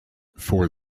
for